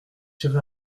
tiré